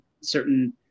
certain